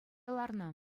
ларнӑ